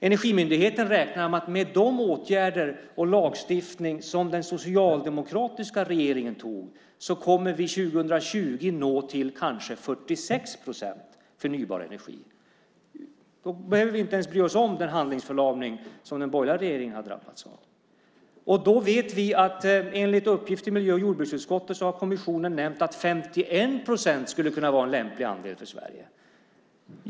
Energimyndigheten räknar med att med den socialdemokratiska regeringens åtgärder och lagstiftning kommer vi 2020 att nå till kanske 46 procent förnybar energi. Då behöver vi inte ens bry oss om den handlingsförlamning som den borgerliga regeringen har drabbats av. Enligt uppgift från miljö och jordbruksutskottet har kommissionen nämnt att 51 procent skulle kunna vara en lämplig andel för Sverige.